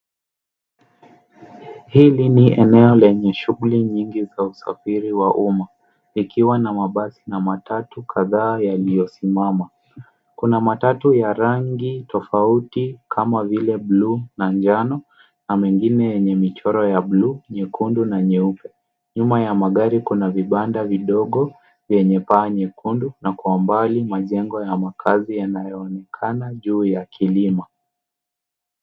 Hili ni eneo lenye shughuli nyingi za usafiri wa umma ikiwa na mabasi na matatu kadhaa yaliyosimama. Kuna matatu ya rangi tofauti kama vile blue na njano na mengine yenye michoro ya blue , nyekundu na nyeupe. Nyuma ya magari kuna vibanda vidogo vyenye paa nyekundu na kwa umbali majengo ya makazi yanayoonekana juu ya kilima.